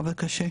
אבל קשה.